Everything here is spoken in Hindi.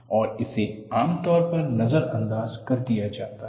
और इसे आमतौर पर नजरअंदाज कर दिया जाता है